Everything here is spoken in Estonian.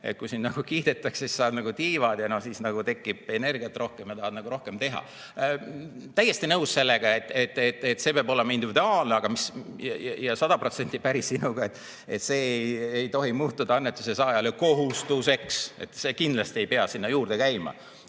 Kui sind kiidetakse, siis sa saad nagu tiivad ja siis tekib energiat rohkem ja sa tahad rohkem teha. Täiesti nõus sellega, et see peab olema individuaalne, ja sada protsenti päri sinuga, et see ei tohi muutuda annetuse saajale kohustuseks, see kindlasti ei pea sinna juurde käima.